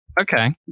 Okay